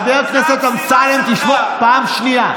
חבר הכנסת אמסלם, תשמור, פעם שנייה.